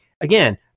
again